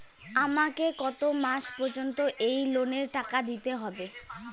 আমাকে কত মাস পর্যন্ত এই লোনের টাকা দিতে হবে?